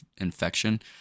infection